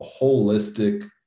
holistic